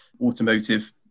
automotive